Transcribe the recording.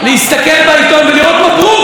להסתכל בעיתון ולראות: מברוכ,